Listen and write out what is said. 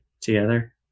together